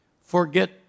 forget